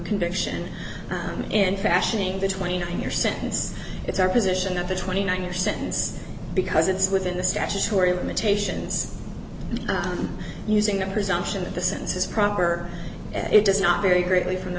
conviction in fashioning between your sentence it's our position that the twenty one year sentence because it's within the statutory limitations on using a presumption that the senses proper it does not vary greatly from the